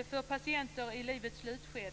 och för patienter i livets slutskede.